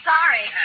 Sorry